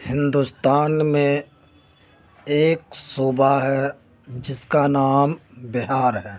ہندوستان میں ایک صوبہ ہے جس کا نام بہار ہے